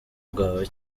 rwawe